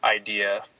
idea